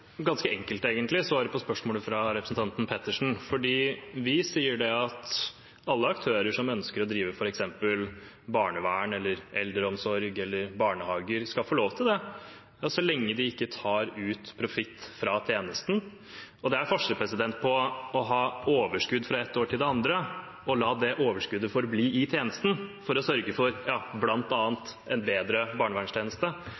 ganske enkelt: Vi sier at alle aktører som ønsker å drive f.eks. barnevern eller eldreomsorg eller barnehager, skal få lov til det så lenge de ikke tar ut profitt fra tjenesten. Det er forskjell på det å ha overskudd fra et år til det andre og la det overskuddet forbli i tjenesten for å sørge for